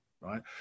right